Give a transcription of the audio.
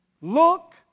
look